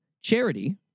charity